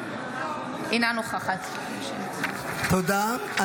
אינה נוכחת תודה.